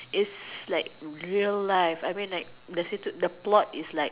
it's like real life I mean like the situ~ the plot it's like